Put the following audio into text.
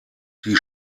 die